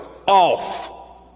off